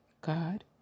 God